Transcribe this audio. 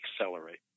accelerate